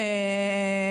אוקיי.